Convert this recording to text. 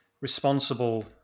responsible